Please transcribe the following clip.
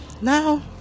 now